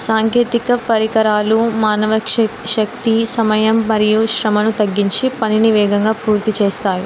సాంకేతిక పరికరాలు మానవ శక్తి సమయం మరియు శ్రమను తగ్గించి పనిని వేగంగా పూర్తి చేస్తాయి